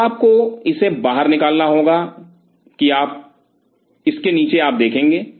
तो आपको इसे बाहर निकालना होगा कि इसके नीचे आप देखेंगे